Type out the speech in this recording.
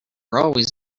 always